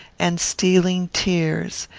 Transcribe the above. and stealing tears,